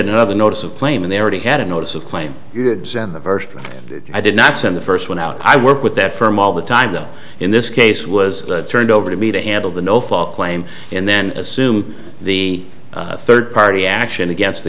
another notice of claiming they already had a notice of claim you did send the version i did not send the first one out i work with that firm all the time that in this case was turned over to me to handle the no fault claim and then assume the third party action against the